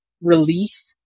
relief